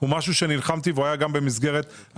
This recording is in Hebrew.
הוא משהו שנלחמתי עליו, והוא היה גם במסגרת ההבנה.